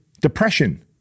depression